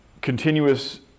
continuous